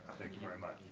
thank you very much.